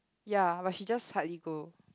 ya but she just hardly go